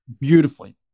beautifully